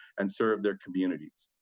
and serve their communities.